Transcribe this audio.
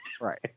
Right